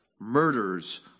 murders